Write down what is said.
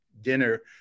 dinner